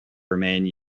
remained